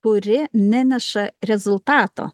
kuri neneša rezultato